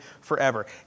forever